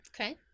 Okay